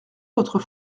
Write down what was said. votre